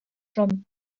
from